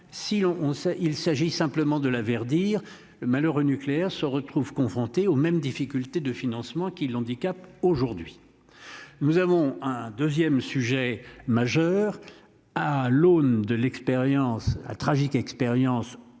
Il s'agit simplement de la verdir le malheureux nucléaire se retrouvent confrontés aux mêmes difficultés de financement qui l'handicape aujourd'hui. Nous avons un 2ème sujet majeur. À l'aune de l'expérience ah